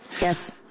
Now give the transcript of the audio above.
yes